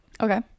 Okay